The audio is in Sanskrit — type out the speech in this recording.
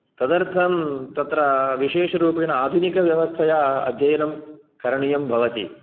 तदर्थं तत्र विशेषरूपेण आधुनिकव्यवस्थया अध्ययनं करणीयं भवति